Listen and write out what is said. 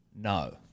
No